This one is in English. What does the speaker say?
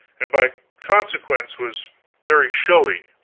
and by consequence was very showy,